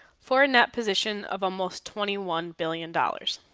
for a net position of almost twenty one billion dollars.